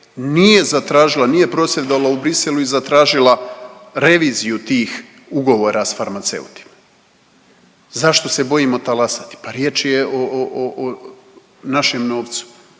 nije zatražila, nije prosvjedovala u Briselu i zatražila reviziju tih ugovora s farmaceutima? Zašto se bojimo talasati? Pa riječ je o, o, o, o našem novcu,